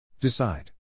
Decide